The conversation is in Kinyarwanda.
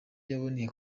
baboneye